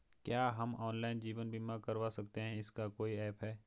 क्या हम ऑनलाइन जीवन बीमा करवा सकते हैं इसका कोई ऐप है?